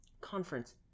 Conference